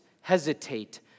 hesitate